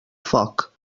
foc